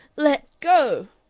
let go!